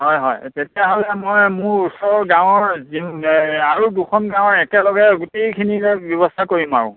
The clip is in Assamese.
হয় হয় তেতিয়াহ'লে মই মোৰ ওচৰ গাঁৱৰ আৰু দুখন গাঁৱৰ একেলগে গোটেইখিনিলে ব্যৱস্থা কৰিম আৰু